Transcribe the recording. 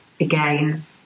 again